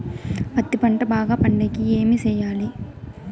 పత్తి పంట బాగా పండే కి ఏమి చెయ్యాలి?